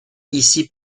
issy